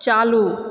चालू